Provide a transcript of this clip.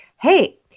Hey